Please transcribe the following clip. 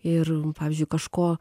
ir pavyzdžiui kažko